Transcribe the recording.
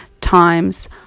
times